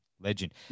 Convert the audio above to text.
legend